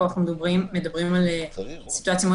פה אנחנו מדברים על סיטואציה מאוד